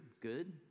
good